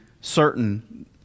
certain